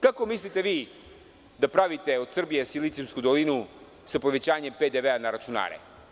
Kako mislite da pravite od Srbije Silicijumsku dolinu sa povećanjem PDV-a na računare?